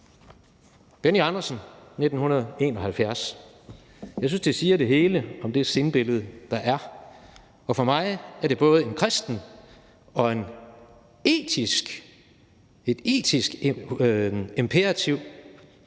Benny Andersen, 1971. Jeg synes, det siger det hele om det sindbillede, der er, og for mig er det både et kristent og et etisk imperativ